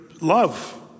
love